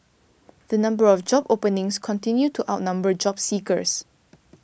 the number of job openings continued to outnumber job seekers